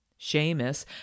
Seamus